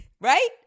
right